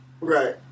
Right